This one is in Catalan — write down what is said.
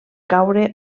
caure